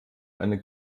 eine